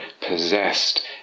possessed